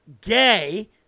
gay